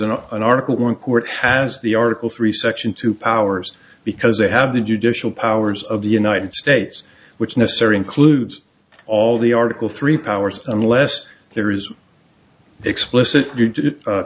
an an article in court has the article three section two powers because they have the judicial powers of the united states which necessary includes all the article three powers unless there is explicit